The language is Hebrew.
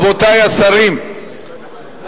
רבותי השרים,